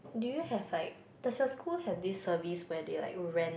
do you have like does your school have this service where they like rent